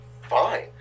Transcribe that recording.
fine